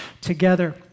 together